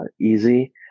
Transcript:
easy